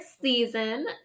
season